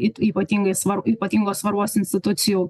it ypatingai svar ypatingos svarbos institucijų